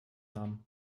namen